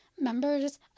members